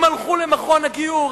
הם הלכו למכון לגיור,